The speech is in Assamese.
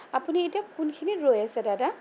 আপুনি এতিয়া কোনখিনিত ৰৈ আছে দাদা